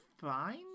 fine